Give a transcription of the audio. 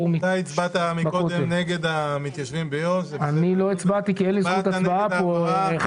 היום כבר אחוזים עובדים בגז והוא זול בהרבה.